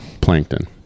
Plankton